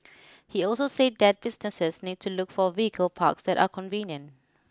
he also said that businesses need to look for vehicle parks that are convenient